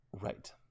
Right